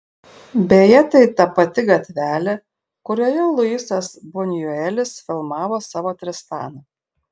beje tai ta pati gatvelė kurioje luisas bunjuelis filmavo savo tristaną